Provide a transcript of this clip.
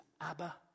Abba